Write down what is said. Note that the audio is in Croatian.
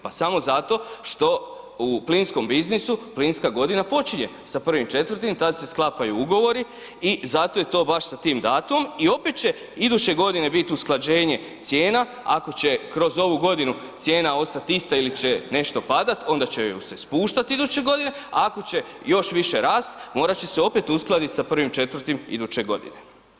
Pa samo zato što u plinskom biznisu, plinska godina počinje sa 1.4., tad se sklapaju ugovori i zato je to baš sa tim datumom i opet će iduće godine biti usklađenje cijena ako će kroz ovu godinu cijena ostat ista ili će nešto padat onda će ju se spuštat iduće godine, ako će još više rast, morat će se opet uskladit sa 1.4. iduće godine.